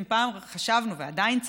אם פעם חשבנו, ועדיין צריך,